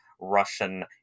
Russian